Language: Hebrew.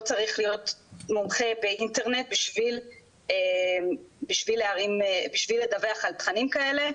לא צריך להיות מומחה באינטרנט בשביל לדווח על תכנים כאלה.